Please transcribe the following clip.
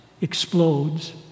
explodes